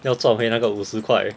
要赚回那个五十块